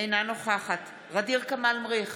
אינה נוכחת ע'דיר כמאל מריח,